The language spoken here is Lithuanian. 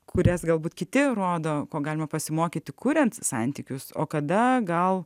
kurias galbūt kiti rodo ko galima pasimokyti kuriant santykius o kada gal